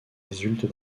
résultent